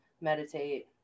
meditate